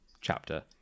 chapter